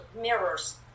mirrors